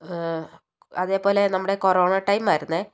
അതേപോലെ നമ്മുടെ കൊറോണ ടൈമായിരുന്നേ